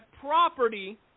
property